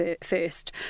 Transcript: first